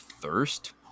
thirst